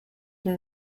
from